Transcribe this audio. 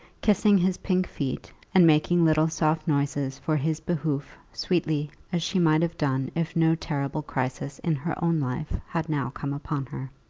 kissing his pink feet and making little soft noises for his behoof, sweetly as she might have done if no terrible crisis in her own life had now come upon her.